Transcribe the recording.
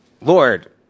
Lord